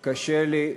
מה זה קשור לדומא?